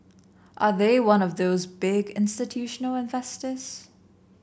and they one of those big institutional investors